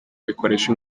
bikoresha